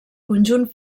conjunt